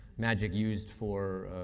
magic used for